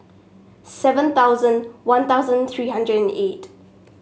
seven thousand One Thousand three hundred and eight